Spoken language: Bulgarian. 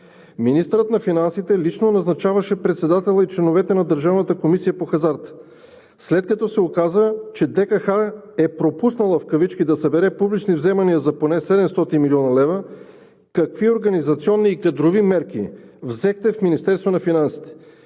Министърът на финансите лично назначаваше председателя и членовете на Държавната комисия по хазарта, след като се оказа, че Държавната комисия по хазарта е пропуснала в кавички да събере публични вземания за поне 700 млн. лв. Какви организационни и кадрови мерки взехте в Министерството на финансите?